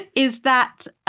is that